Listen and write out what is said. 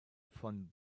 von